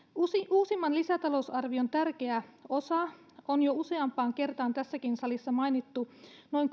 uusimman lisätalousarvion tärkeä osa on jo useampaan kertaan tässäkin salissa mainittu noin